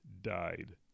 died